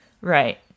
right